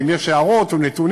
ואם יש הערות או נתונים,